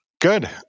Good